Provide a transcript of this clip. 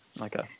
Okay